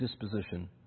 disposition